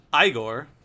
Igor